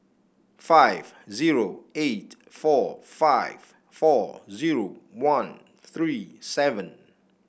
five zero eight four five four zero one three seven